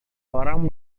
orang